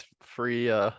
free